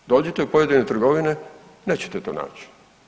Dođite u pojedine trgovine, nećete to naći.